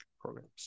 programs